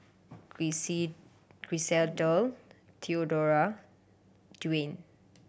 Griselda Dorthea Dawne